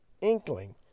inkling